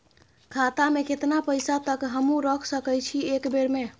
खाता में केतना पैसा तक हमू रख सकी छी एक बेर में?